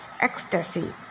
ecstasy